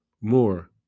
more